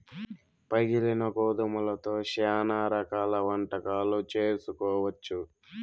పగిలిన గోధుమలతో శ్యానా రకాల వంటకాలు చేసుకోవచ్చు